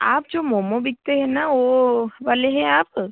आप जो मोमो बिकते है ना वो वाले है आप